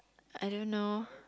I don't know